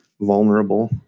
vulnerable